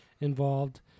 involved